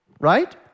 right